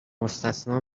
مستثنی